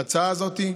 ההצעה הזאת,